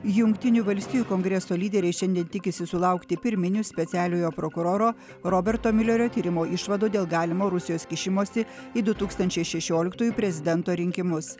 jungtinių valstijų kongreso lyderiai šiandien tikisi sulaukti pirminių specialiojo prokuroro roberto miulerio tyrimo išvadų dėl galimo rusijos kišimosi į du tūkstančiai šešioliktųjų prezidento rinkimus